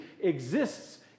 exists